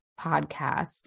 podcast